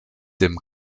dem